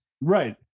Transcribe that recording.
Right